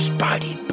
Spidey